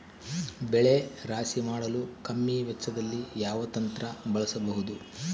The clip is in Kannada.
ಬೆಳೆ ರಾಶಿ ಮಾಡಲು ಕಮ್ಮಿ ವೆಚ್ಚದಲ್ಲಿ ಯಾವ ಯಂತ್ರ ಬಳಸಬಹುದು?